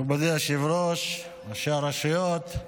מכובדי היושב-ראש, ראשי הרשויות,